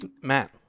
Matt